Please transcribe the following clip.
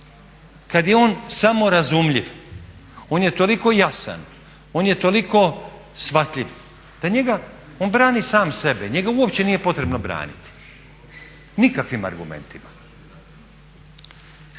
kad je on samorazumljiv, on je tolik jasan, on je toliko shvatljiv, on brani sam sebe, njega uopće nije potrebno braniti nikakvim argumentima.